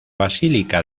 basílica